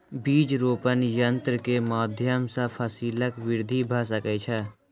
बीज रोपण यन्त्र के माध्यम सॅ फसीलक वृद्धि भ सकै छै